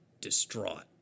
distraught